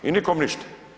I nikome ništa.